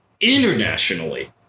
internationally